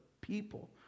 people